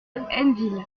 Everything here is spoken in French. hainneville